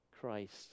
Christ